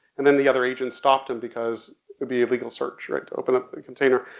and then the other agent stopped him because it'd be illegal search, right, to open up a container.